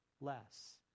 less